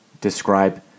describe